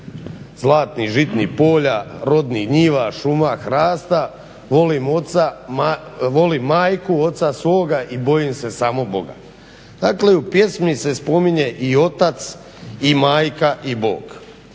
zlatnih žitnih polja, rodnih njiva, šuma hrasta, volim majku, oca svoga i bojim se samo Boga. Dakle u pjesmi se spominje i otac i majka i Bog.